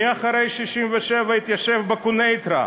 מי אחרי 1967 התיישב בקוניטרה?